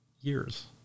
years